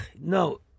No